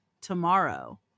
tomorrow